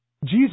Jesus